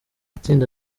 itsinda